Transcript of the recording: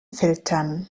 filtern